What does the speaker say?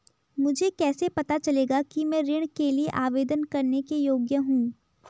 मुझे कैसे पता चलेगा कि मैं ऋण के लिए आवेदन करने के योग्य हूँ?